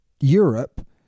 Europe